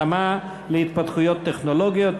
התאמה להתפתחויות טכנולוגיות),